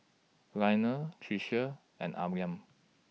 Lionel Tricia and Amil